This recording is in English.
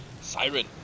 Siren